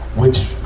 which